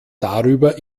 darüber